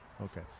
Okay